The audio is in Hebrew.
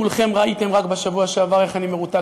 כולכם ראיתם רק בשבוע שעבר איך אני מרותק